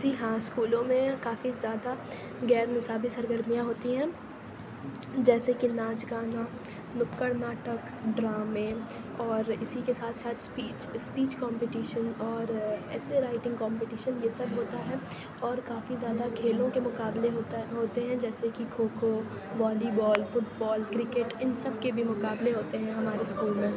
جی ہاں اسکولوں میں کافی زیادہ غیرنصابی سرگرمیاں ہوتی ہیں جیسے کہ ناچ گانا نکڑ ناٹک ڈرامے اور اسی کے ساتھ ساتھ اسپیچ اسپیچ کمپٹیشن اور ایسسے رائٹنگ کمپٹیشن یہ سب ہوتا ہے اور کافی زیادہ کھیلوں کے مقابلے ہوتا ہے ہوتے ہیں جیسے کہ kho-kho volleyball football cricket ان سب کے بھی مقابلے ہوتے ہیں ہمارے اسکول میں